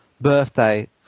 birthday